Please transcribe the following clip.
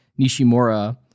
nishimura